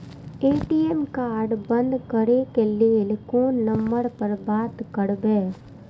ATM card बंद करे के लेल कोन नंबर पर बात करबे?